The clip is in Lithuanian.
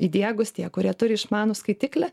įdiegus tie kurie turi išmanų skaitiklį